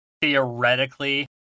theoretically